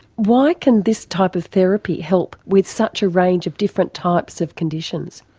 why can this type of therapy help with such a range of different types of conditions?